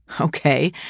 Okay